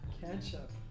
Ketchup